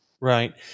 Right